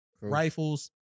Rifles